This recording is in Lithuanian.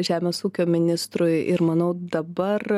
žemės ūkio ministrui ir manau dabar